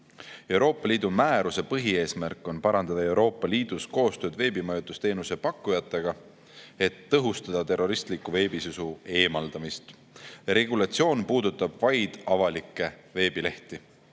Euroopa Liidu määruse põhieesmärk on parandada Euroopa Liidus koostööd veebimajutusteenuse pakkujatega, et tõhustada terroristliku veebisisu eemaldamist. Regulatsioon puudutab vaid avalikke veebilehti.